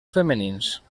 femenins